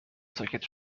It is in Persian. ساکت